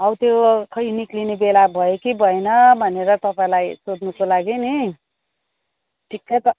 हौ त्यो खै निस्किने बेला भयो कि भएन भनेर तपाईँलाई सोध्नुको लागि नि ठिक पाँच